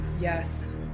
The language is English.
Yes